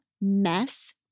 Mess